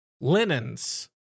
Linens